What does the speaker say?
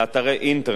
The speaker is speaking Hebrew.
לאתרי אינטרנט,